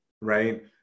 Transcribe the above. right